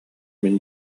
мин